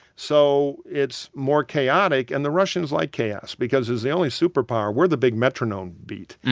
so it's more chaotic. and the russians like chaos because as the only superpower we're the big metronome beat.